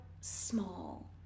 small